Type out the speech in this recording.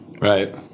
Right